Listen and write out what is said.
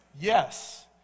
Yes